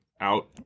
out